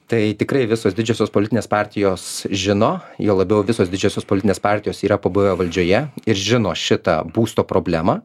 tai tikrai visos didžiosios politinės partijos žino juo labiau visos didžiosios politinės partijos yra pabuvę valdžioje ir žino šitą būsto problemą